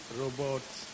robots